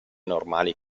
normali